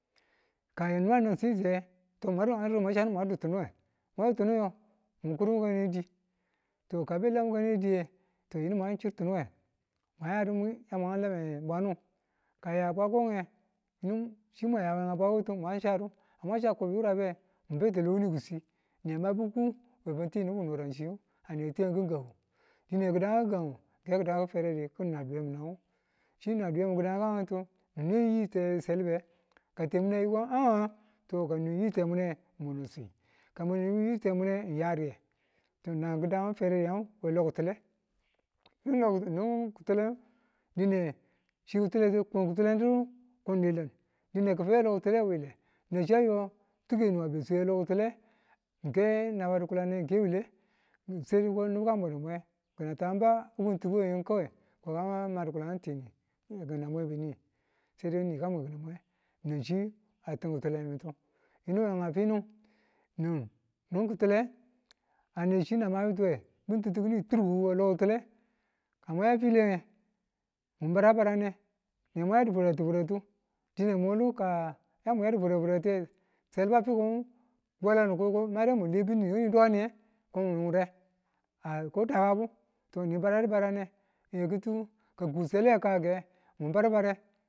Kaye nubu a ni̱n sije to mwan saddu mwan duttunuwe mwa yoti̱nu yo mukudu wukane di. To ka a be a lan wukane diye, to yinu ma chirtunuwe mwan yadu mwi yamwa lame bwanu ka ng ya bwako nge yinu chiman ya nga bwaktu mwan chadu ka mun bete lo ki̱ni kuswi niya mabu kum we fanti nibu ki noran shiya anewe tiyan kikan ngu dine kidan ngu ng ki kan ngu ke kda wu feredi wu nin na dwiyen ninan ngu chinan dwiyen minan nguyutu ni nweyi selibe ka temun ayi ko aaa to ka n nwe yi temune mun ng swi ka mun muyi temun ya riye to nan ki̱dan ngu ferediyen ngu we loki̱tule kikan nin ki̱tule dine chiki̱tuletu ki tulengu kun dilin dine ki̱fi̱be a lo ki̱tule wile nan chiya yo tukenin a be a swe we lokitule ng kenaba dikulane ng ke wule nwi swe niko ko nibu ka mwedo mwe kawai koka ma dikulandu tini kina mwe bu ni nika mwekinu mwe nanchi a ṯi̱n kituletu yinu we nga finu ni̱n, nin ki̱tule ane chi na mabetuwe bintitu kini turkubu we lokitule ka mwa yafile nge nun barado barane nemwa yadu fwaratu fwaratu dine mu wullu ka yamu fwaratufwarate seliba a fikonbu ki wela ni ko mayire mun le bin nin kini dukaniye? kono wure ko dakabu to ni baradubarane ka nku sele we kakike mun barubare.